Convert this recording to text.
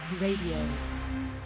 radio